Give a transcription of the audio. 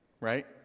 Right